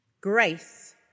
Grace